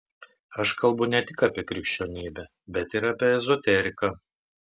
aš kalbu ne tik apie krikščionybę bet ir apie ezoteriką